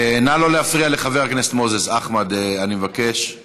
במתנ"סים, בבתי הספר, אבל מצד שני,